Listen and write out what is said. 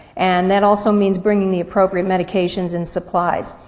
and that also means bringing the appropriate medications and supplies.